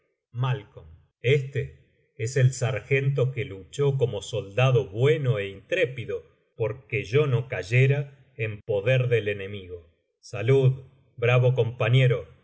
malo este es el sargento que luchó como soldado bueno é intrépido porque yo no cayera en poder del enemigo salud bravo compañero